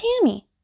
Tammy